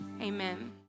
amen